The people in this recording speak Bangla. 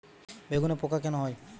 বেগুনে পোকা কেন হয়?